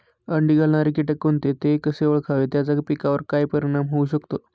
अंडी घालणारे किटक कोणते, ते कसे ओळखावे त्याचा पिकावर काय परिणाम होऊ शकतो?